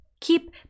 Keep